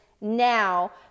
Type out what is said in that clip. now